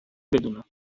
بدونم